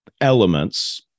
elements